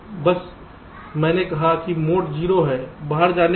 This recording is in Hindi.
बस मैंने कहा है कि मोड 0 है बाहर जाने के लिए